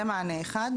זה מענה אחד.